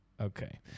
Okay